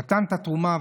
נתן את התרומה,